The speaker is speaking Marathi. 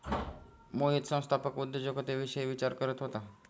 मोहित संस्थात्मक उद्योजकतेविषयी विचार करत होता